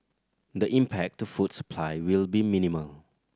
the impact to food supply will be minimal